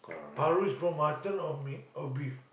paru is from mutton or meat or beef